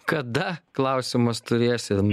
kada klausimas turėsim